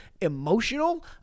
emotional